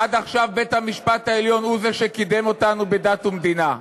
עד עכשיו בית-המשפט העליון הוא זה שקידם אותנו בדת ומדינה,